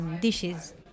dishes